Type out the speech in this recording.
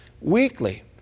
weekly